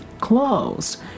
closed